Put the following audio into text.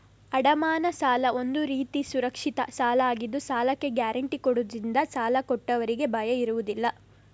ಅಡಮಾನ ಸಾಲ ಒಂದು ರೀತಿಯ ಸುರಕ್ಷಿತ ಸಾಲ ಆಗಿದ್ದು ಸಾಲಕ್ಕೆ ಗ್ಯಾರಂಟಿ ಕೊಡುದ್ರಿಂದ ಸಾಲ ಕೊಟ್ಟವ್ರಿಗೆ ಭಯ ಇರುದಿಲ್ಲ